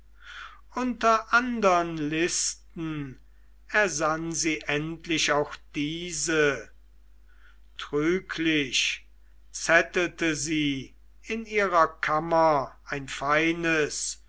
unter anderen listen ersann sie endlich auch diese trüglich zettelte sie in ihrer kammer ein feines